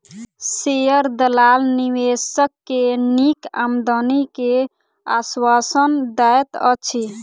share दलाल निवेशक के नीक आमदनी के आश्वासन दैत अछि